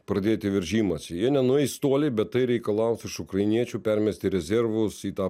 pradėti veržimąsi jie nenueis toli bet tai reikalaus iš ukrainiečių permesti rezervus į tą